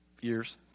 years